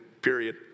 period